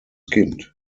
kind